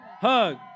hug